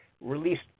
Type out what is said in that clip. released